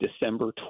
December